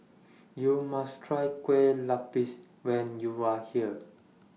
YOU must Try Kueh Lupis when YOU Are here